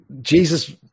Jesus